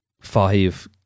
five